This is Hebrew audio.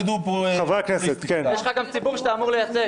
יש לך גם ציבור שאתה אמור לייצג.